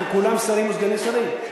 כי כולם שרים או סגני שרים,